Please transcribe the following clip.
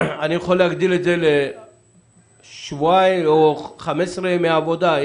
אני יכול להגדיל את זה לשבועיים או 15 ימי עבודה,